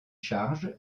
charges